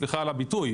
סליחה על הביטוי,